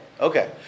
Okay